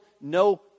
no